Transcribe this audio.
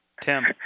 Tim